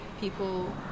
people